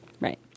Right